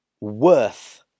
worth